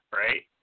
right